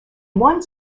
one